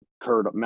curd